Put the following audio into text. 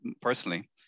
personally